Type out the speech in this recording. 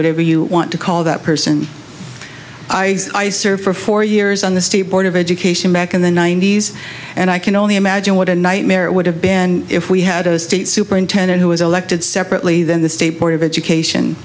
whatever you want to call that person i i served for four years on the state board of education back in the ninety's and i can only imagine what a nightmare it would have been if we had a state superintendent who was elected separately than the state board of education